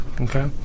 okay